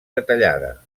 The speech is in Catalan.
detallada